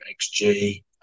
xg